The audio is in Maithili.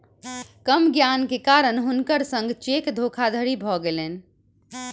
कम ज्ञान के कारण हुनकर संग चेक धोखादड़ी भ गेलैन